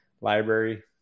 library